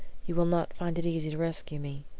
you will not find it easy to rescue me.